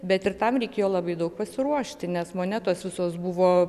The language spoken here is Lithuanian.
bet ir tam reikėjo labai daug pasiruošti nes monetos visos buvo